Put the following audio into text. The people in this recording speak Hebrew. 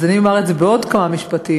אז אומר את זה בעוד כמה משפטים: